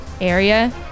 area